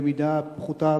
במידה פחותה,